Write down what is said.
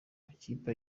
amakipe